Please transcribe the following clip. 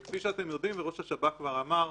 כפי שאתם יודעים, וראש השב"כ כבר אמר,